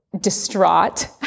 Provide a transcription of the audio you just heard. distraught